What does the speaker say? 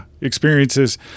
experiences